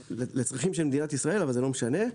לצרכים של מדינת ישראל אבל זה לא משנה.